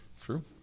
True